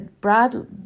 Brad